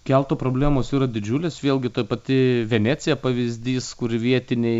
keltų problemos yra didžiulės vėlgi ta pati venecija pavyzdys kur vietiniai